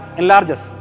enlarges